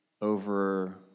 Over